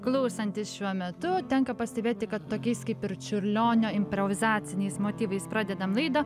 klausantys šiuo metu tenka pastebėti kad tokiais kaip ir čiurlionio improvizaciniais motyvais pradedam laidą